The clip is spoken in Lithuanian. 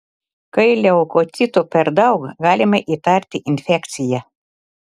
kai leukocitų per daug galima įtarti infekciją